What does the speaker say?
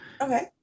Okay